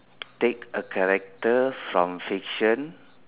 take a character from fiction